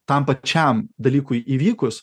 tam pačiam dalykui įvykus